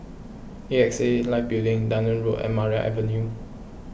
A X A Life Building Dunearn Road and Maria Avenue